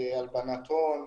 הלבנת הון,